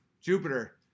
Jupiter